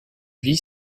vit